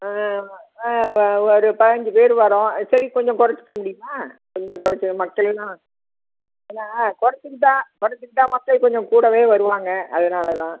ஆ ஆ வ ஒரு பயஞ்சு பேர் வரோம் சரி கொஞ்சம் கொறைச்சிக்க முடியுமா கொஞ்சம் கொறச்சு மக்கள் இன்னும் ஏன்னா கொறச்சுக்கிட்டா கொறச்சுக்கிட்டா மக்கள் கொஞ்சம் கூடவே வருவாங்க அதனால் தான்